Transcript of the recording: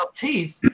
teeth